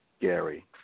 Gary